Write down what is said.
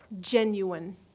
genuine